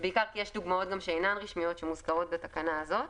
בעיקר כי יש גם דוגמאות שאינן רשמיות שמוזכרות בתקנה הזאת.